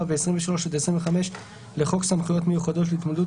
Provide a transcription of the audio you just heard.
ו-23 עד 25 לחוק סמכויות מיוחדות להתמודדות